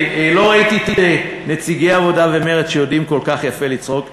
לא ראיתי את נציגי העבודה ומרצ שיודעים כל כך יפה לצעוק.